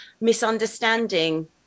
misunderstanding